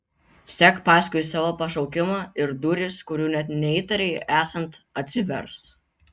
sek paskui savo pašaukimą ir durys kurių net neįtarei esant atsivers